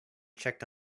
checked